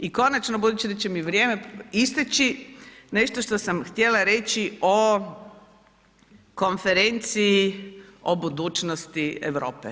I konačno budući da će vrijeme isteći, nešto što sam htjela reći o konferenciji, o budućnosti Europe.